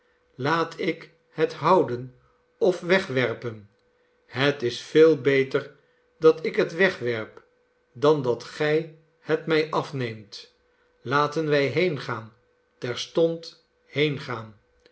laat ik het houden of wegwerpen het is veei beter dat ik het wegwerp dan dat gij het mij afneemt laten wij heengaan terstond